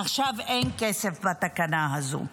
עכשיו אין כסף בתקנה הזאת.